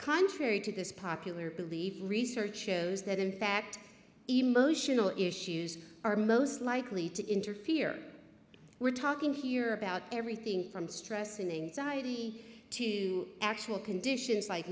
contrary to this popular belief research shows that in fact emotional issues are most likely to interfere we're talking here about everything from stress and anxiety to actual conditions like